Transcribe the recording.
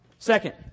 Second